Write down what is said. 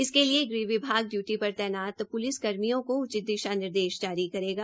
इसके लिए गृह विभाग डयूटी पर तैनात प्लिस कर्मियों को उचित दिशा निर्देश जारी करेगा